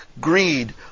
greed